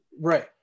Right